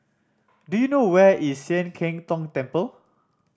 do you know where is Sian Keng Tong Temple